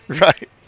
Right